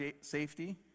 safety